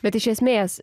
bet iš esmės